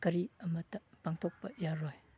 ꯀꯔꯤ ꯑꯃꯇ ꯄꯥꯡꯊꯣꯛꯄ ꯌꯥꯔꯣꯏ